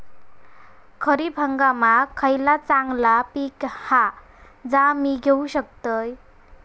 खरीप हंगामाक खयला चांगला पीक हा जा मी घेऊ शकतय?